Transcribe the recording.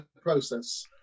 process